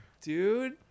Dude